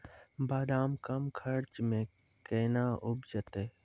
बादाम कम खर्च मे कैना उपजते?